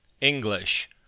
English